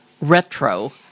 retro